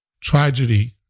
tragedy